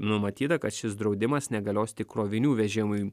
numatyta kad šis draudimas negalios tik krovinių vežimui